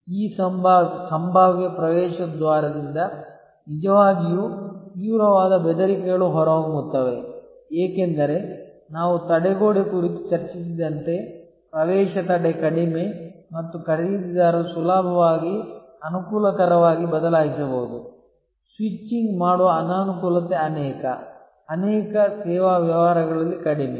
ಈ ಸಂಭಾವ್ಯ ಪ್ರವೇಶದ್ವಾರದಿಂದ ನಿಜವಾಗಿಯೂ ತೀವ್ರವಾದ ಬೆದರಿಕೆಗಳು ಹೊರಹೊಮ್ಮುತ್ತವೆ ಏಕೆಂದರೆ ನಾವು ತಡೆಗೋಡೆ ಕುರಿತು ಚರ್ಚಿಸಿದಂತೆ ಪ್ರವೇಶ ತಡೆ ಕಡಿಮೆ ಮತ್ತು ಖರೀದಿದಾರರು ಸುಲಭವಾಗಿ ಅನುಕೂಲಕರವಾಗಿ ಬದಲಾಯಿಸಬಹುದು ಸ್ವಿಚಿಂಗ್ ಮಾಡುವ ಅನಾನುಕೂಲತೆ ಅನೇಕ ಅನೇಕ ಸೇವಾ ವ್ಯವಹಾರಗಳಲ್ಲಿ ಕಡಿಮೆ